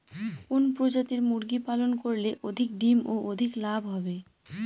কোন প্রজাতির মুরগি পালন করলে অধিক ডিম ও অধিক লাভ হবে?